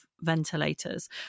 ventilators